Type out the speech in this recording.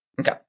Okay